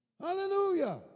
Hallelujah